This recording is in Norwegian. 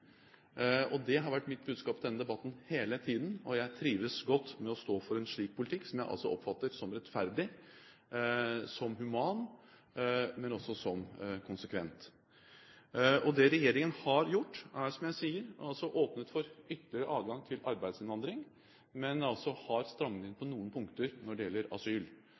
Det har vært mitt budskap i denne debatten hele tiden, og jeg trives godt med å stå på for en slik politikk, som jeg altså oppfatter som rettferdig, som human, men også som konsekvent. Det regjeringen har gjort, er, som jeg sier, å åpne for ytterligere adgang til arbeidsinnvandring, men har strammet inn på noen punkter når det gjelder asyl.